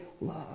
love